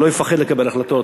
שלא מפחד לקבל החלטות,